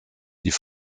die